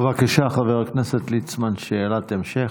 בבקשה, חבר הכנסת ליצמן, שאלת המשך.